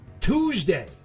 Tuesday